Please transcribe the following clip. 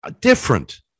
Different